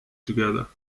together